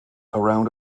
around